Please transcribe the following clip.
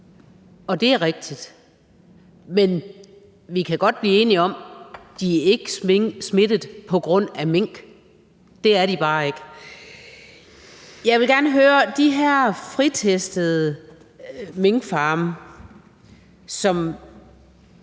det er rigtigt, men vi kan godt blive enige om, at de ikke er smittet på grund af mink. Det er de bare ikke. Jeg vil gerne høre i forhold til de her fritestede minkfarme, som